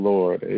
Lord